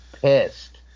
pissed